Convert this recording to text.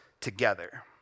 Together